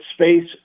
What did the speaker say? space